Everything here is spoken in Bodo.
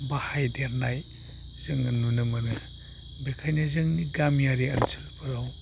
बाहायदेरनाय जोङो नुनो मोनो बेनिखायनो जोंनि गामियारि ओनसोलफोराव